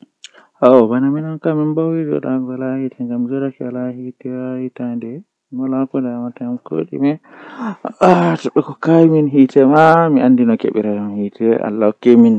Ndikkinami mi yaha duubi temerre didi ko warata ngam kanjum mi anda dume fe'ata haa ton amma duubi temerre didi ko saali kooda mi laarai ni midon nana habaruji haa defte nden midon laara feere haa tiivi bedon holla ndaa ko fe'e ko saali ngamman mi buri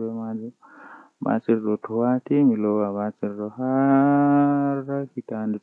yiduki mi laara ko feata haa yeeso